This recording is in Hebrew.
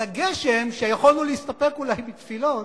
על הגשם, שיכולנו אולי להסתפק בתפילות,